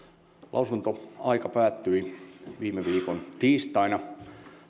lausuntoaika päättyi viime viikon tiistaina